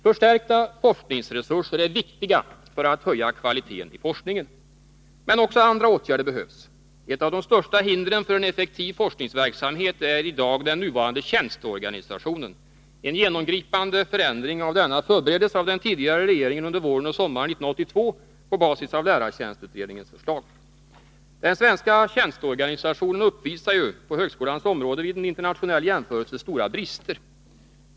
Förstärkta forskningsresurser är viktiga för att höja kvaliteten i forskningen. Men också andra åtgärder behövs. Ett av de största hindren för en effektiv forskningsverksamhet är i dag den nuvarande tjänsteorganisationen. En genomgripande förändring av denna förbereddes av den tidigare regeringen under våren och sommaren 1982 på basis av lärartjänstutredningens förslag. Den svenska tjänsteorganisationen uppvisar ju på högskolans område vid en internationell jämförelse stora brister.